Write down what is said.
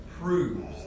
proves